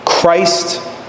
Christ